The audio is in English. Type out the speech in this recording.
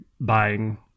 buying